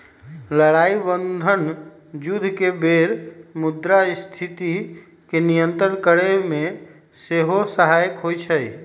लड़ाइ बन्धन जुद्ध के बेर मुद्रास्फीति के नियंत्रित करेमे सेहो सहायक होइ छइ